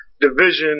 Division